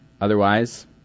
Otherwise